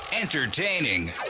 entertaining